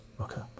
Okay